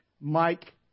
Mike